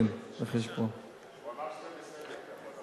הוא אמר שזה בסדר.